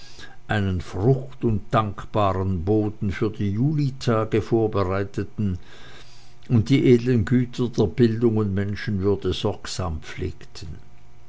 einen frucht und dankbaren boden für die julitage vorbereiteten und die edlen güter der bildung und menschenwürde sorgsam pflegten